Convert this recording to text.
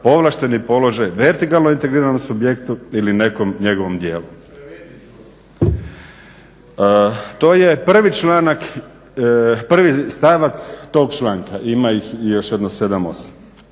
povlašteni položaj vertikalno integriranom subjektu ili nekog njegovom dijelu." To je prvi stavak tog članka. Ima ih još jedno